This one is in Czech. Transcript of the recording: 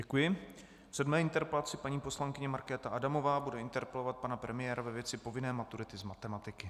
V sedmé interpelaci paní poslankyně Markéta Adamová bude interpelovat pana premiéra ve věci povinné maturityy z matematiky.